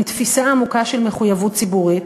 עם תפיסה עמוקה של מחויבות ציבורית,